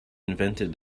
invented